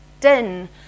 din